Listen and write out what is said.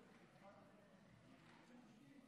הודעה למזכירת